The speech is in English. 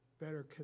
better